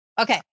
Okay